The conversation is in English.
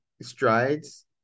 strides